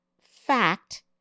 fact